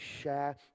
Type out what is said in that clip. share